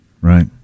right